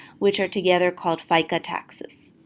which are together called fica taxes.